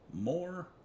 More